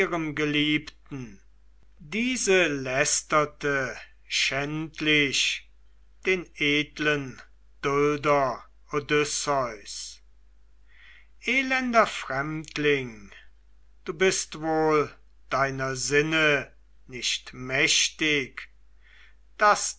diese lästerte schändlich den edlen dulder odysseus elender fremdling du bist wohl deiner sinne nicht mächtig daß